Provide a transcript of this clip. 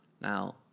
Now